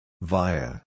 Via